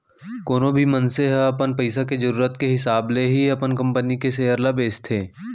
कोनो भी मनसे ह अपन पइसा के जरूरत के हिसाब ले ही अपन कंपनी के सेयर ल बेचथे